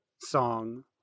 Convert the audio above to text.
song